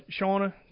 Shauna